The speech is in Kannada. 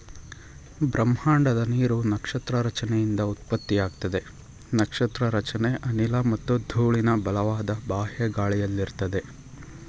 ಬ್ರಹ್ಮಾಂಡದ ನೀರು ನಕ್ಷತ್ರ ರಚನೆಯಿಂದ ಉತ್ಪತ್ತಿಯಾಗ್ತದೆ ನಕ್ಷತ್ರ ರಚನೆ ಅನಿಲ ಮತ್ತು ಧೂಳಿನ ಬಲವಾದ ಬಾಹ್ಯ ಗಾಳಿಯಲ್ಲಿರ್ತದೆ